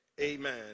Amen